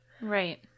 Right